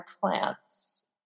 plants